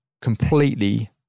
completely